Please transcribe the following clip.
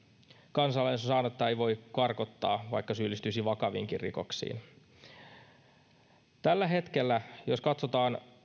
kansalaisuuden saanutta ei voi karkottaa vaikka hän syyllistyisi vakaviinkin rikoksiin jos katsotaan